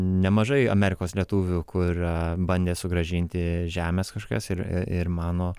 nemažai amerikos lietuvių kur bandė sugrąžinti žemes kažkokias ir ir mano